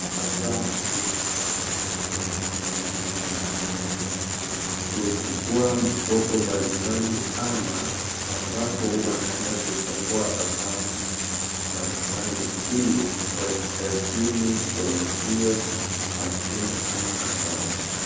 Hapa ni ambapo watu wanaenda kuchuka mkopo mbalimbali ama ambapo wanaenda kufungua akaunti mbalimbali ili wajisajili kwenye hiyo kampuni ama akaunti.